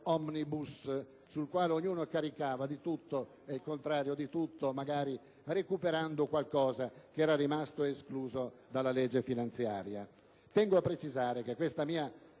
*omnibus*, sul quale ognuno caricava tutto e il contrario di tutto, magari recuperando qualche norma rimasta esclusa dalla legge finanziaria. Tengo a precisare che questa mia